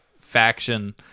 faction